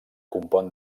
compon